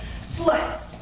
sluts